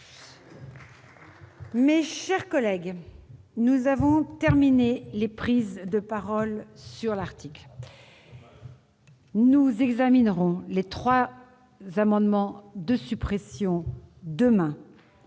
Mes chers collègues, nous en avons terminé avec les prises de parole sur l'article. Nous examinerons les trois amendements tendant